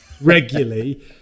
regularly